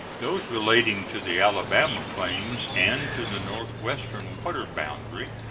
those relating to the alabama claims and to the northwestern water boundary,